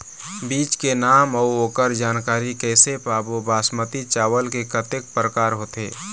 बीज के नाम अऊ ओकर जानकारी कैसे पाबो बासमती चावल के कतेक प्रकार होथे?